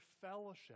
fellowship